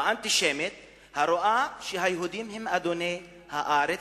הרואה ביהודים אדוני הארץ,